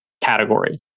category